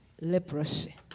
leprosy